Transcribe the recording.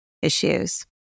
issues